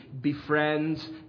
befriends